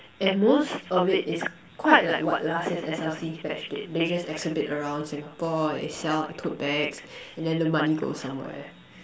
and most of it it's quite like what last year what S_L_C batch did they just exhibit around Singapore they sell like tote bags and then the money goes somewhere